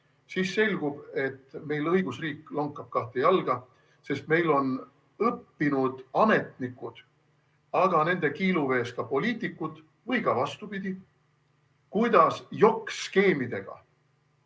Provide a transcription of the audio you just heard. siis selgub, et meil õigusriik lonkab kahte jalga, sest meil on ametnikud, aga nende kiiluvees ka poliitikud – või ka vastupidi – õppinud, kuidas jokk-skeemidega